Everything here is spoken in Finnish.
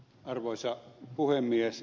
arvoisa puhemies